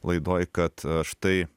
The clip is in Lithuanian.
laidoj kad štai